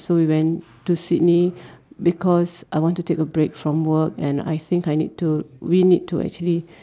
so we went to Sydney because I want to take a break from work and I think I need to we need to actually